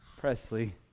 Presley